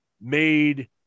made